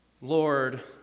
Lord